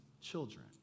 children